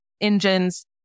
engines